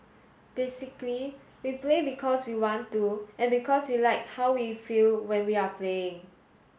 basically we play because we want to and because we like how we feel when we are playing